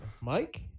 Mike